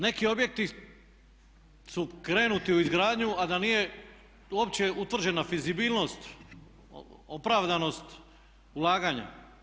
Neki objekti su krenuti u izgradnju a da nije uopće utvrđena fizibilnost opravdanost ulaganja.